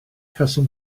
cawsom